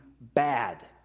bad